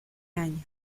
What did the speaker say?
año